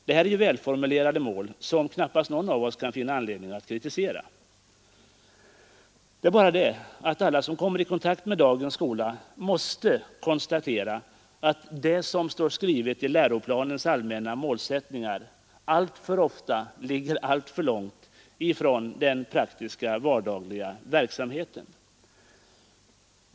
Det här är välformulerade mål som knappast någon kan finna anledning att kritisera. Alla som kommer i kontakt med dagens skola måste emellertid konstatera att det som står skrivet i läroplanens allmänna målsättningsdelar alltför ofta ligger långt ifrån den praktiska, vardagliga verksamheten.